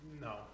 No